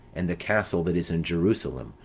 and the castle that is in jerusalem,